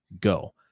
go